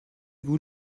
vous